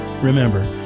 Remember